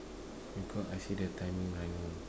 we got I see the timing I know